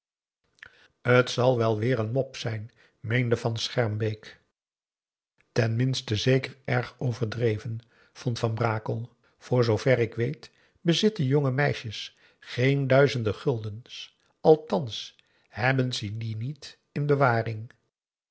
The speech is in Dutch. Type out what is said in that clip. t zal wel weer een mop zijn meende van schermbeek ten minste zeker erg overdreven vond van brakel voor zoover ik weet bezitten jonge meisjes geen duizenden guldens althans hebben ze die niet in bewaring